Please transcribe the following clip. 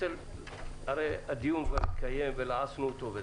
הרי הדיון כבר התקיים ולעסנו אותו וזה.